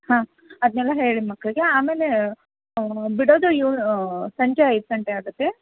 ಹಾಂ ಅದನ್ನೆಲ್ಲ ಹೇಳಿ ಮಕ್ಕಳಿಗೆ ಆಮೇಲೆ ಬಿಡೋದು ಯೋ ಸಂಜೆ ಐದು ಗಂಟೆ ಆಗುತ್ತೆ